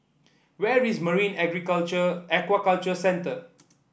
where is Marine Aquaculture Centre